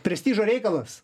prestižo reikalas